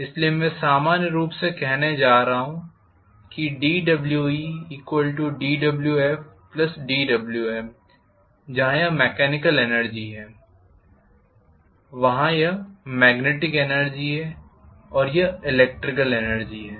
इसलिए मैं सामान्य रूप से कहने जा रहा हूं कि dWedWfdWm जहाँ यह मेकेनिकल एनर्जी है वहाँ यह मेग्नेटिक एनर्जी है और यह इलेक्ट्रिकल एनर्जी है